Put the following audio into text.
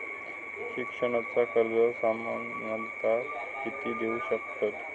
शिक्षणाचा कर्ज सामन्यता किती देऊ शकतत?